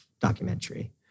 documentary